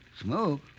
Smoke